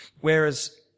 Whereas